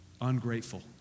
ungrateful